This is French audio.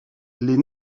les